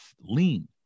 lean